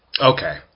okay